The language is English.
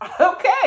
Okay